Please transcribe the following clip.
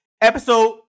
Episode